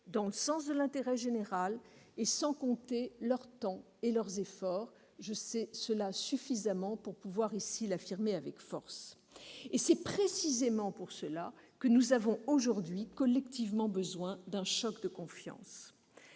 dans le sens de l'intérêt général sans compter leur temps ni leurs efforts. Je sais cela suffisamment pour pouvoir l'affirmer ici avec force. C'est précisément pour cela que nous avons collectivement besoin d'un choc de confiance.